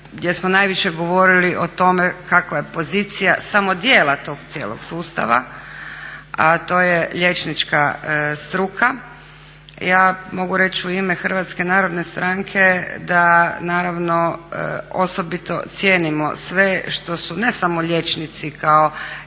gdje smo najviše govorili o tome kakva je pozicija samo dijela tog cijelog sustava, a to je liječnička struka. Ja mogu reći u ime HNS-a da naravno osobito cijenimo sve što su ne samo liječnici kao